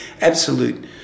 absolute